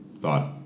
thought